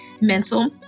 Mental